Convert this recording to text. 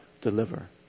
deliver